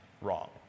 wrong